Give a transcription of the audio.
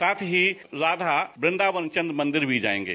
साथ ही राधा वृन्दावन चंद्र मंदिर भी जाएंगे